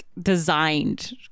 designed